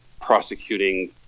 prosecuting